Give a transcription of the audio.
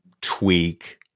tweak